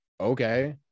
okay